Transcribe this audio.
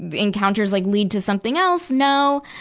encounters like lead to something else? no.